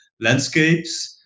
landscapes